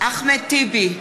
אחמד טיבי,